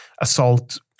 assault